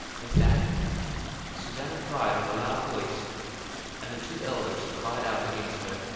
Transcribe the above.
with that susanna cried with a loud voice and the two elders cried out against her.